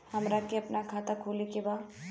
हमरा के अपना खाता खोले के बा?